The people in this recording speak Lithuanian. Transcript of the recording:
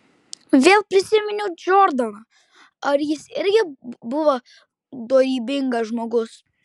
vėl prisiminiau džordaną ar jis irgi buvo dorybingas žmogus